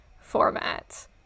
format